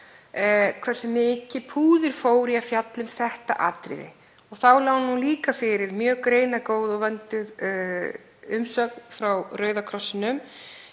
hversu mikið púður fór í að fjalla um þetta atriði. Þá lá líka fyrir mjög greinargóð og vönduð umsögn frá Rauða krossinum